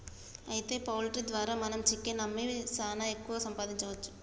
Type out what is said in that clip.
అయితే పౌల్ట్రీ ద్వారా మనం చికెన్ అమ్మి సాన ఎక్కువ సంపాదించవచ్చు